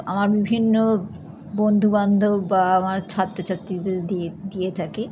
আমার বিভিন্ন বন্ধু বান্ধব বা আমার ছাত্র ছাত্রী এদের দিয়ে দিয়ে থাকি